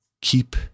keep